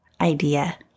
idea